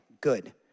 good